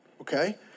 Okay